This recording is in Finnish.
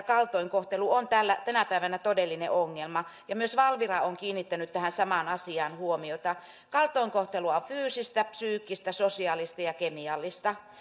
kaltoinkohtelu on tänä päivänä todellinen ongelma ja myös valvira on kiinnittänyt tähän samaan asiaan huomiota kaltoinkohtelua on fyysistä psyykkistä sosiaalista ja ja kemiallista